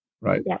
right